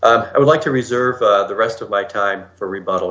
i would like to reserve the rest of my time for rebuttal